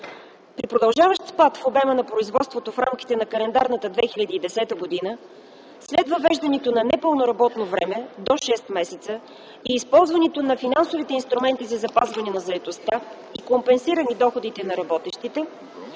При продължаващ спад в обема на производството в рамките на календарната 2010 година, след въвеждането на непълно работно време до 6 месеца и използването на финансовите инструменти за запазване на заетостта и компенсиране доходите на работещите,